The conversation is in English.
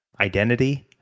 identity